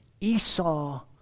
Esau